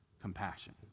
compassion